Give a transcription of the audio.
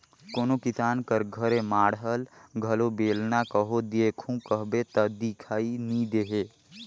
कोनो किसान कर घरे माढ़ल घलो बेलना कहो देखहू कहबे ता दिखई नी देहे